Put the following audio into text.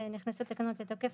כשנכנסנו התקנות לתוקף,